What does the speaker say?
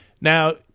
Now